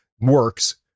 works